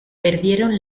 perdieron